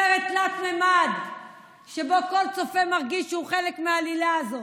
סרט תלת-ממד שבו כל צופה מרגיש שהוא חלק מהעלילה הזאת.